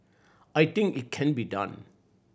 I think it can be done